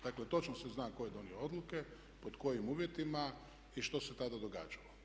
Dakle, točno se zna tko je donio odluke, pod kojim uvjetima i što se tada događalo.